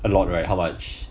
a lot right how much